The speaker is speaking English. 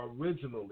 originally